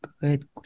good